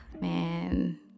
man